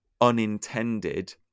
unintended